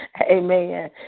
amen